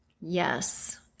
Yes